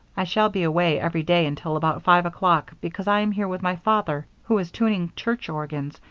i shall be away every day until about five o'clock because i am here with my father who is tuning church organs,